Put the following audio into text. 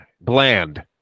bland